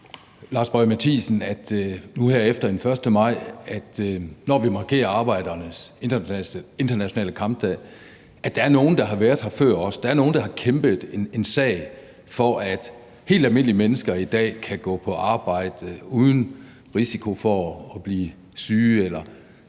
Lars Boje Mathiesen nu her efter den 1. maj, når vi markerer arbejdernes internationale kampdag, at der er nogle, der har været her før os? Der er nogle, der har kæmpet for en sag, for at helt almindelige mennesker i dag kan gå på arbejde uden risiko for at blive syge eller